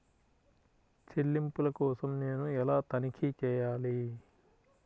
చెల్లింపుల కోసం నేను ఎలా తనిఖీ చేయాలి?